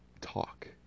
talk